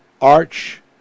arch